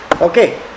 Okay